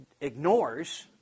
ignores